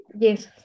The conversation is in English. yes